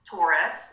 Taurus